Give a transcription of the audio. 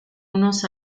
unos